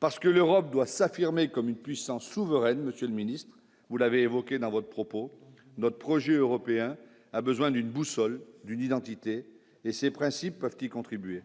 parce que l'Europe doit s'affirmer comme une puissance souveraine, Monsieur le Ministre, vous l'avez évoqué dans votre propos, notre projet européen a besoin d'une boussole d'une identité et ses principes peuvent y contribuer,